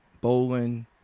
bowling